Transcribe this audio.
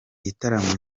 gitaramo